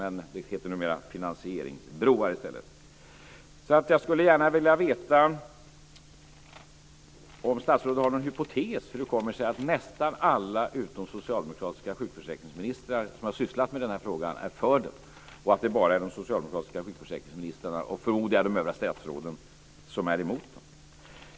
Men det heter numera finansieringsbroar i stället. Jag skulle alltså gärna vilja veta om statsrådet har någon hypotes om hur det kommer sig att nästan alla utom socialdemokratiska sjukförsäkringsministrar som har sysslat med den här frågan är för detta och att det bara är de socialdemokratiska sjukförsäkringsministrarna - jag förmodar att det även gäller de övriga statsrådet - som är emot detta.